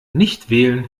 nichtwählen